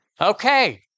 Okay